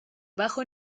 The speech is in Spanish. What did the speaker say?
bajo